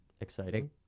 exciting